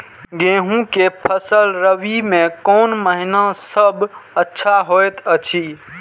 गेहूँ के फसल रबि मे कोन महिना सब अच्छा होयत अछि?